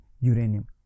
uranium